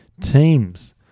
Teams